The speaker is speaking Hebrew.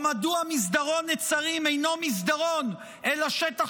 או מדוע מסדרון נצרים אינו מסדרון אלא שטח